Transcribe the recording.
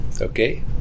Okay